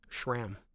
Shram